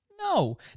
No